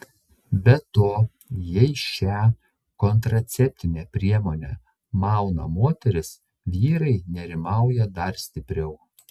be to jei šią kontraceptinę priemonę mauna moteris vyrai nerimauja dar stipriau